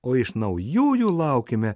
o iš naujųjų laukiame